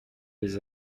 des